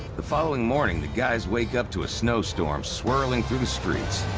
the following morning, the guys wake up to a snowstorm swirling through the streets.